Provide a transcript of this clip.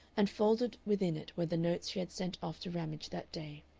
and folded within it were the notes she had sent off to ramage that day.